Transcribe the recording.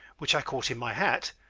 which i caught in my hat,